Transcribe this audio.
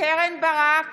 קרן ברק,